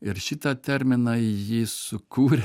ir šitą terminą ji sukūrė